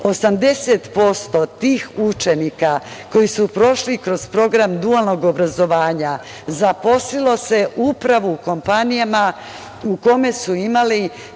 80% tih učenika koji su prošli kroz program dualnog obrazovanja zaposlilo se upravo u kompanijama u kojima su imali